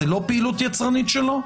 זאת לא פעילות יצרנית שלו?